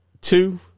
two